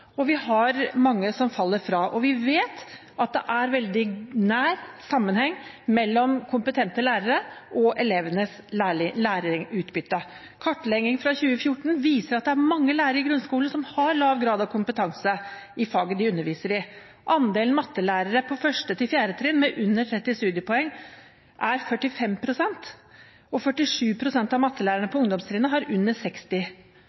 og vi har mange som faller fra. Vi vet at det er veldig nær sammenheng mellom kompetente lærere og elevenes læringsutbytte. Kartlegging fra 2014 viser at det er mange lærere i grunnskolen som har lav grad av kompetanse i faget de underviser i. Andelen mattelærere på 1.–4. trinn med under 30 studiepoeng er 45 pst., og 47 pst. av mattelærerne på ungdomstrinnet har under 60